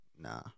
nah